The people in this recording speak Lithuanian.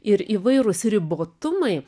ir įvairūs ribotumai